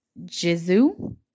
Jizu